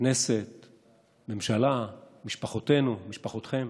הכנסת, הממשלה, משפחותינו, משפחותיכם.